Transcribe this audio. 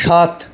সাত